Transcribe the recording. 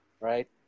right